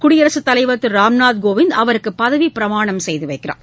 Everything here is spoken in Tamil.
குடியரசுத் தலைவர் திரு ராம்நாத் கோவிந்த் அவருக்கு பதவிப் பிரமாணம் செய்து வைக்கிறார்